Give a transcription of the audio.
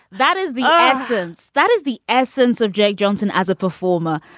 that is the essence that is the essence of j. johnson as a performer.